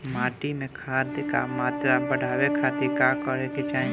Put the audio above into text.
माटी में खाद क मात्रा बढ़ावे खातिर का करे के चाहीं?